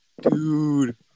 dude